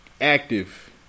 active